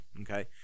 Okay